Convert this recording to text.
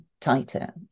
tighter